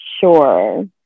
sure